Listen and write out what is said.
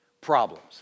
problems